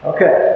Okay